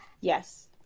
Yes